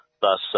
Thus